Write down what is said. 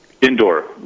Indoor